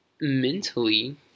mentally